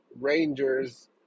Rangers